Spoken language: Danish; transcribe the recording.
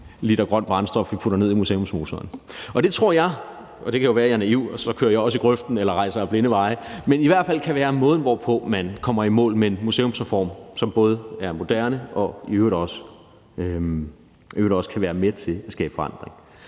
liter grønt brændstof vi putter ned i museumsmotoren. Og det kan jo være, at jeg er naiv, og at jeg så også kører i grøften eller rejser ad blinde veje, men jeg tror i hvert fald, det kan være måden, hvorpå man kommer i mål med en museumsreform, som både er moderne, og som i øvrigt også kan være med til at skabe forandring.